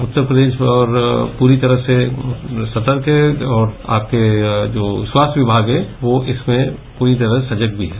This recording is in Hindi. उत्तर प्रदेश पूरी तरह से सतर्क है और आपका जो स्वास्थ्य किमाग है वो इसमें पूरी तरह सजग भी है